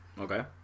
Okay